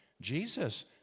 Jesus